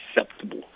acceptable